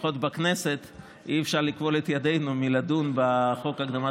לפחות בכנסת אי-אפשר לכבול את ידינו מלדון בחוק הקדמת